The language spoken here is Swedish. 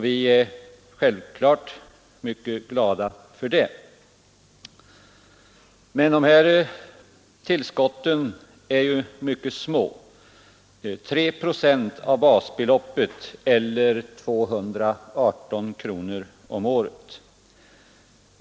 Vi är självklart mycket glada för detta. Dessa tillskott är emellertid mycket små — endast 3 procent av basbeloppet eller 218 kronor per år.